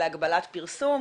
על הגבלת פרסום,